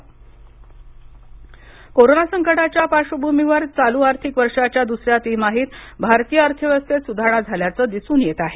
आर्थिक विकास दर कोरोना संकटाच्या पार्श्वभूमीवर चालू आर्थिक वर्षाच्या दुसऱ्या तिमाहीत भारतीय अर्थव्यवस्थेत सुधारणा झाल्याचं दिसून येत आहे